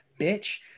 bitch